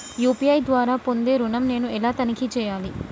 UPI ద్వారా పొందే ఋణం నేను ఎలా తనిఖీ చేయాలి?